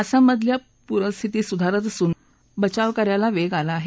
आसाममधील पूर परिस्थिती सुधारत असून बचाव कार्याला वेग आला आहे